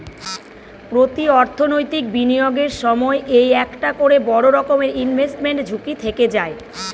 প্রতি অর্থনৈতিক বিনিয়োগের সময় এই একটা করে বড়ো রকমের ইনভেস্টমেন্ট ঝুঁকি থেকে যায়